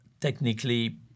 technically